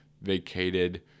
vacated